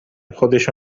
خودشو